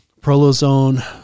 prolozone